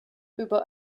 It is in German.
über